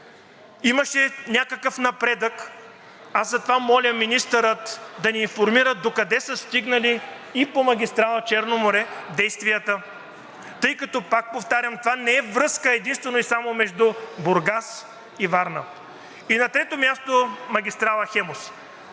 имаше някакъв напредък. Аз затова моля министърът да ни информира докъде са стигнали и по магистрала „Черно море“ действията, тъй като, пак повтарям, това не е връзка единствено и само между Бургас и Варна. И на трето място – магистрала „Хемус“.